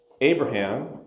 Abraham